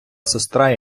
сестра